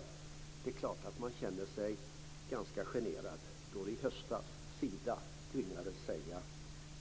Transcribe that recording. Men det är klart att man känner sig ganska generad när i höstas Sida tvingades säga: